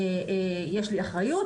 יש לי אחריות,